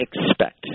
expect